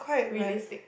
realistic